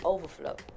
Overflow